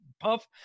Puff